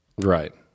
right